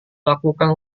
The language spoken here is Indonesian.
lakukan